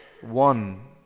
One